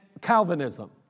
Calvinism